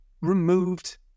removed